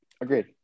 Agreed